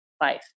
life